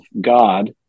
God